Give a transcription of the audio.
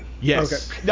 Yes